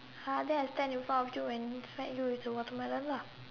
!huh! then I stand in front of you when he fed you with the watermelon lah